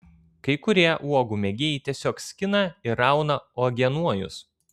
kai kurie uogų mėgėjai tiesiog skina ar rauna uogienojus